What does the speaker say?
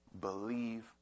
believe